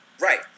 Right